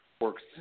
works